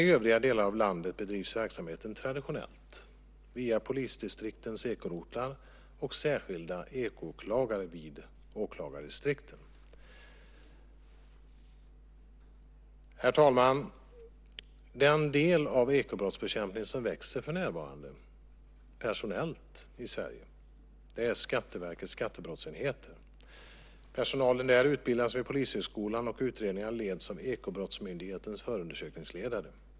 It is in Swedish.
I övriga delar av landet bedrivs verksamheten traditionellt via polisdistriktens ekorotlar och särskilda eko-åklagare vid åklagardistrikten. Herr talman! Den del av ekobrottsbekämpningen som för närvarande växer personellt i Sverige är Skatteverkets skattebrottsenheter. Personalen där utbildas vid polishögskolan och utredningarna leds av Ekobrottsmyndighetens förundersökningsledare.